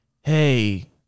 hey